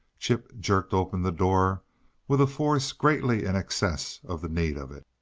chip jerked open the door with a force greatly in excess of the need of it.